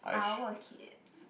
our kids